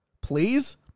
Please